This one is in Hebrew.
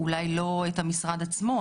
אולי לא את המשרד עצמו,